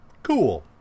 Cool